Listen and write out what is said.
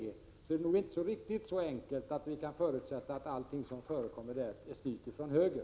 Det är nog inte riktigt så enkelt att vi kan förutsätta att allting som förekommer inom EG är styrt ifrån höger.